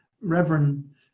reverend